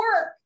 work